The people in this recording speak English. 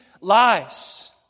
lies